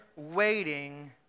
waiting